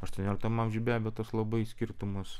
aštuonioliktam amžiuj be abejo tas labai skirtumas